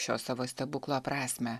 šio savo stebuklo prasmę